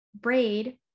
braid